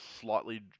slightly